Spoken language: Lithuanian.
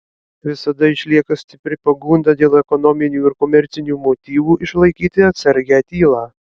visada išlieka stipri pagunda dėl ekonominių ir komercinių motyvų išlaikyti atsargią tylą